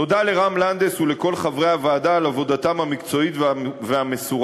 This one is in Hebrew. תודה לרם לנדס ולכל חברי הוועדה על עבודתם המקצועית והמסורה,